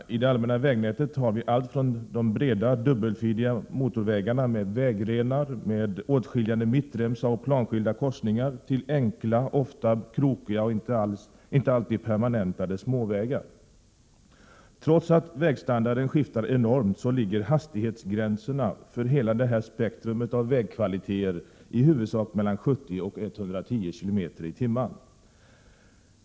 I det allmänna vägnätet har vi allt från breda, dubbelfiliga motorvägar med vägrenar, åtskiljande mittremsa och planskilda korsningar till enkla, ofta krokiga och inte alltid permanentade småvägar. Trots att vägstandarden skiftar enormt ligger hastighetsgränserna för hela detta spektrum av vägkvaliteter i huvudsak mellan 70 och 110 km/tim.